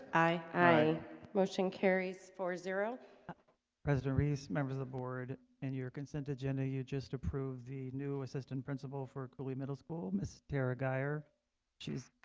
aye aye motion carries four zero president reese members of the board and your consent agenda you just approved the new assistant principal for cooley middle school miss tara geyer she